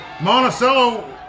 Monticello